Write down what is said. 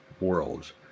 worlds